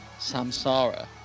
Samsara